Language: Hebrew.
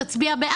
תאפשר תחרות,